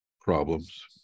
problems